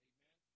Amen